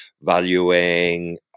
valuing